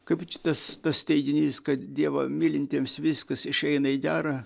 kaip čia tas tas teiginys kad dievą mylintiems viskas išeina į gera